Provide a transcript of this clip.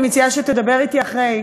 אני מציעה שתדבר אתי אחרי.